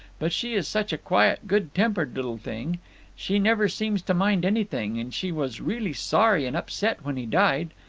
but she is such a quiet, good-tempered little thing she never seems to mind anything, and she was really sorry and upset when he died.